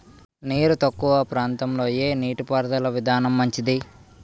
నీరు తక్కువ ప్రాంతంలో ఏ నీటిపారుదల విధానం మంచిది?